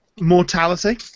Mortality